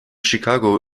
chicago